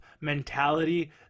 mentality